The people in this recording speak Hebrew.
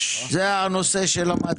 זה הנושא שלמדתי,